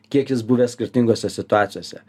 kiek jis buvęs skirtingose situacijose